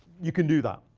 you can do that.